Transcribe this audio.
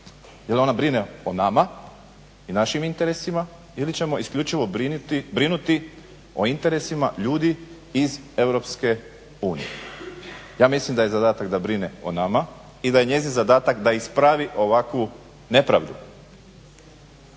Je li ona brine o nama i našim interesima ili ćemo isključivo brinuti o interesima ljudi iz EU. Ja mislim da je zadatak da brine o nama i da je njezin zadatak da ispravi ovakvu nepravdu.